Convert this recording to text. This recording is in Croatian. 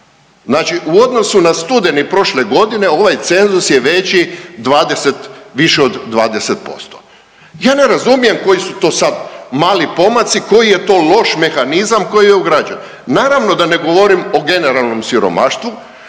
Znači u odnosu na studeni prošle godine ovaj cenzus je veći 20, više od 20%. Ja ne razumijem koji su to sad mali pomaci, koji je to loš mehanizam koji je ugrađen. Naravno da ne govorim o generalnom siromaštvu,